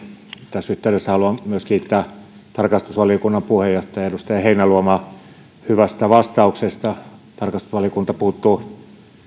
tässä yhteydessä haluan myös kiittää tarkastusvaliokunnan puheenjohtaja edustaja heinäluomaa hyvästä vastauksesta tarkastusvaliokunta puuttuu